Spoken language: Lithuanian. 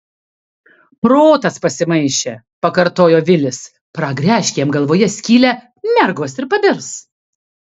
protas pasimaišė pakartojo vilis pragręžk jam galvoje skylę mergos ir pabirs